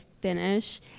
finish